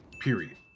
period